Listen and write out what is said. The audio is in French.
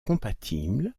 compatible